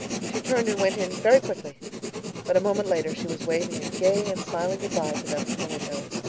she turned and went in very quickly but a moment later she was waving a gay and smiling good-bye to them from the window.